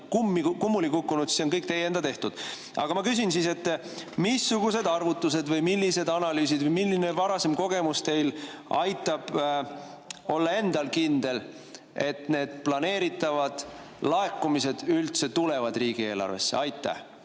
kummuli kukkunud, siis see on kõik teie enda tehtu tõttu. Aga ma küsin: missugused arvutused või millised analüüsid või millised varasemad kogemused aitavad teil olla kindel, et need planeeritavad laekumised üldse tulevad riigieelarvesse? Aitäh!